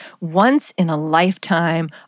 once-in-a-lifetime